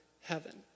heaven